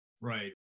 Right